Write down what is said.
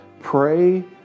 pray